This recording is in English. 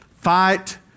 Fight